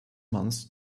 months